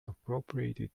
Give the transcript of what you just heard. appropriated